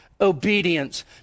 obedience